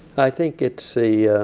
i think it's the